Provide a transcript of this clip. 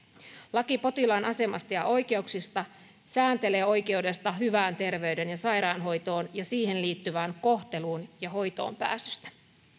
laki potilaan asemasta ja oikeuksista sääntelee oikeudesta hyvään terveyden ja sairaanhoitoon ja siihen liittyvään kohteluun ja hoitoonpääsystä